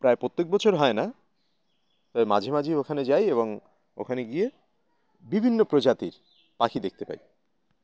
প্রায় প্রত্যেক বছর হয় না তাই মাঝে মাঝেই ওখানে যাই এবং ওখানে গিয়ে বিভিন্ন প্রজাতির পাখি দেখতে পাই